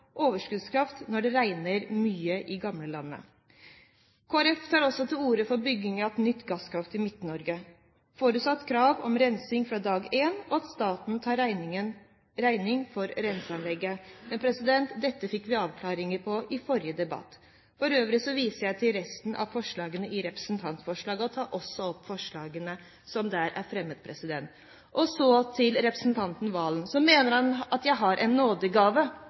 overskuddskraft når det regner mye i gamlelandet. Kristelig Folkeparti tar også til orde for bygging av et nytt gasskraftverk i Midt-Norge, forutsatt krav om rensing fra dag én, og at staten tar regningen for renseanlegget. Men dette fikk vi avklaringer på i forrige debatt. For øvrig viser jeg til representantforslaget, og tar også opp vårt forslag som er fremmet i innstillingen. Så til representanten Serigstad Valen som mener at jeg har en nådegave.